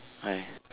why